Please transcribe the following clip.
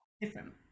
different